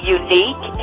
unique